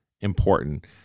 important